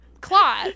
claw